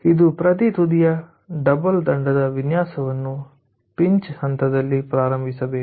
ಇದು ಪ್ರತಿ ತುದಿಯ ಡಬಲ್ ದಂಡದ ವಿನ್ಯಾಸವನ್ನು ಪಿಂಚ್ ಹಂತದಲ್ಲಿ ಪ್ರಾರಂಭಿಸಬೇಕು